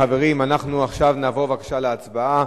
חברים, אנחנו נעבור עכשיו להצבעה.